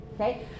Okay